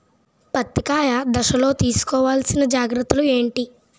పత్తి కాయ దశ లొ తీసుకోవల్సిన జాగ్రత్తలు ఏంటి?